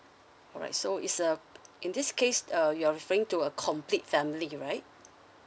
alright so is uh in this case uh you are referring to a complete family right